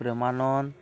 Premananda